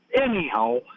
Anyhow